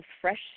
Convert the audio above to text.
fresh